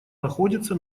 находится